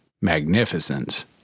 magnificence